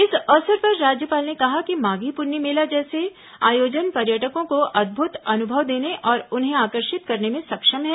इस अवसर पर राज्यपाल ने कहा कि माघी पुन्नी मेला जैसे आयोजन पर्यटकों को अदभुत अनुभव देने और उन्हें आकर्षित करने में सक्षम हैं